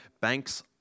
banks